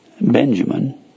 Benjamin